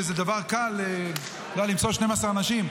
שזה דבר קל למצוא 12 אנשים.